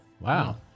Wow